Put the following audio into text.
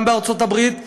גם בארצות הברית,